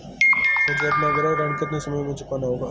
मुझे अपना गृह ऋण कितने समय में चुकाना होगा?